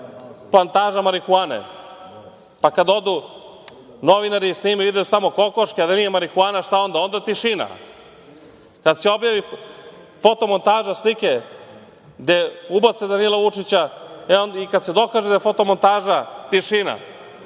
plantaža marihuane. Pa, kada odu novinari, snime samo kokoške, a da nije marihuana šta onda? Onda tišina. Kada se objavi fotomontaža slike gde ubace Danila Vučića i kada se dokaže da je fotomontaža, tišina.